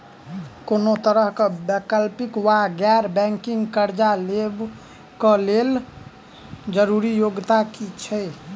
कोनो तरह कऽ वैकल्पिक वा गैर बैंकिंग कर्जा लेबऽ कऽ लेल जरूरी योग्यता की छई?